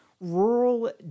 rural